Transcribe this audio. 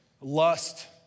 lust